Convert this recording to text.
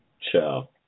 ciao